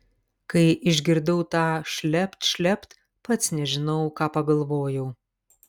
kai išgirdau tą šlept šlept pats nežinau ką pagalvojau